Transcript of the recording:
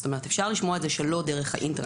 זאת אומרת, אפשר לשמוע את זה שלא דרך האינטרנט.